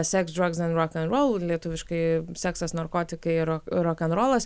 seks drags end rokenrol lietuviškai seksas narkotikai rok rokenrolas